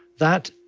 that,